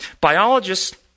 Biologists